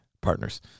partners